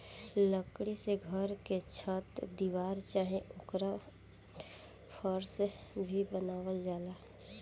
लकड़ी से घर के छत दीवार चाहे ओकर फर्स भी बनावल जाला